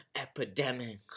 epidemic